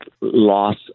loss